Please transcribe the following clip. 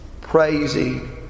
praising